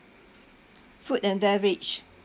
food and beverage